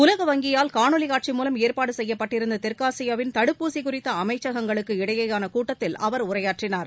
உலக வங்கியால் காணோலி காட்சி மூலம் ஏற்பாடு செய்யப்பட்டிருந்த தெற்காசியாவின் தடுப்பூசி குறித்த அமைச்சகங்களுக்கு இடையேயான கூட்டத்தில் அவர் உரையாற்றினார்